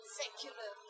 secular